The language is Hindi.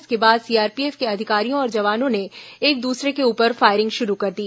इसके बाद सीआरपीएफ के अधिकारियों और जवानों ने एक दूसरे के ऊपर फायरिंग शुरू कर दी